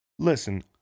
Listen